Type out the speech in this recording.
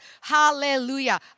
hallelujah